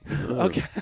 okay